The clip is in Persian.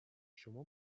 شما